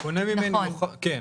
כן.